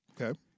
Okay